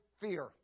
Fear